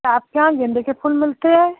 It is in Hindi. तो आपके यहाँ गेंदे के फूल मिलते हैं